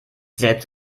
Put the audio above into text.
selbst